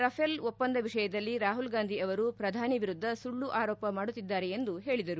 Rafale ಒಪ್ಪಂದ ವಿಷಯದಲ್ಲಿ ರಾಹುಲ್ ಗಾಂಧಿ ಅವರು ಪ್ರಧಾನಿ ವಿರುದ್ದ ಸುಳ್ಳು ಆರೋಪ ಮಾಡುತ್ತಿದ್ದಾರೆ ಎಂದು ಹೇಳಿದರು